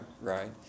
right